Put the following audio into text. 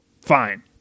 fine